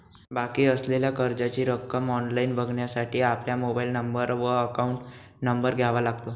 बाकी असलेल्या कर्जाची रक्कम ऑनलाइन बघण्यासाठी आपला मोबाइल नंबर व अकाउंट नंबर द्यावा लागतो